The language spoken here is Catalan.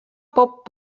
pop